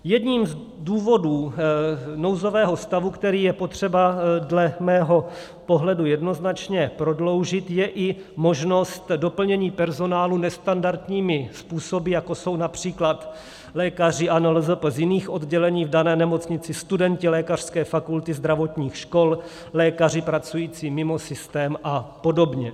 Jedním z důvodů nouzového stavu, který je potřeba dle mého pohledu jednoznačně prodloužit, je i možnost doplnění personálu nestandardními způsoby, jako jsou například lékaři a NLZP z jiných oddělení v dané nemocnici, studenti lékařské fakulty, zdravotních škol, lékaři pracující mimo systém a podobně.